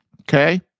okay